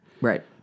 Right